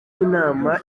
inama